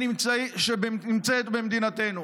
שנמצאת במדינתנו,